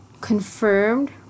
confirmed